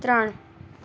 ત્રણ